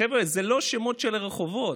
חבר'ה, אלה לא שמות של רחובות,